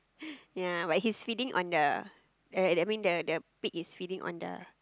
ya but he's feeding on the I mean the pig is feeding on the